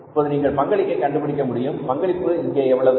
இப்போது நீங்கள் பங்களிப்பை கண்டுபிடிக்க முடியும் பங்களிப்பு இங்கே எவ்வளவு